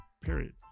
period